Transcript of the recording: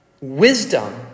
wisdom